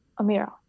Amira